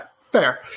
fair